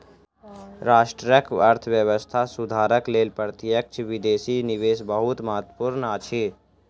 राष्ट्रक अर्थव्यवस्था सुधारक लेल प्रत्यक्ष विदेशी निवेश बहुत महत्वपूर्ण अछि